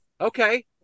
Okay